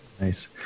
Nice